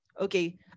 okay